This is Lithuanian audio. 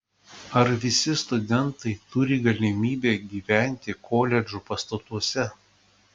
ar visi studentai turi galimybę gyventi koledžų pastatuose